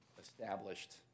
established